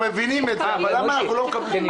אנחנו מבינים, אבל למה אנחנו לא מקבלים?